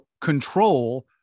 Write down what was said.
control